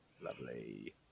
Lovely